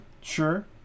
sure